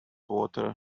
water